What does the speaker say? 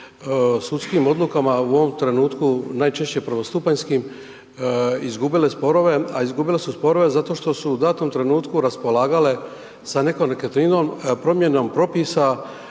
sudskim odlukama u ovom trenutku, najčešće prvostupanjskim izgubile sporove, a izgubile su sporove zato što su u datom trenutku raspolagale sa nekom nekretninom. Promjenom propisa